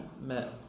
met